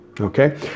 Okay